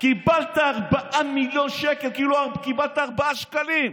קיבלת 4 מיליון שקל, כאילו קיבלת 4 שקלים.